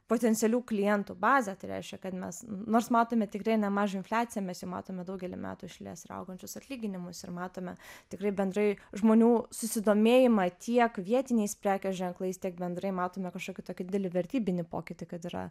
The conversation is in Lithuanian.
potencialių klientų bazę tai reiškia kad mes nors matome tikrai nemažą infliaciją mes jau matome daugelį metų iš eilės ir augančius atlyginimus ir matome tikrai bendrai žmonių susidomėjimą tiek vietiniais prekės ženklais tiek bendrai matome kažkokį tokį didelį vertybinį pokytį kad yra